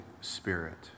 Spirit